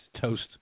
toast